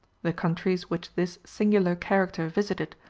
the countries which this singular character visited,